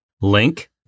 Link